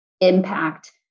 impact